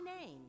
name